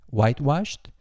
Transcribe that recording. whitewashed